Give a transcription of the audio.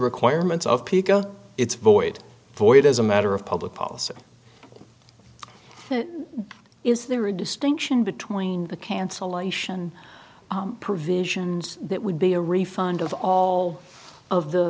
requirements of piqua it's void void as a matter of public policy so is there a distinction between the cancellation provisions that would be a refund of all of the